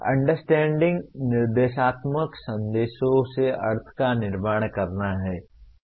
understanding निर्देशात्मक संदेशों से अर्थ का निर्माण करना है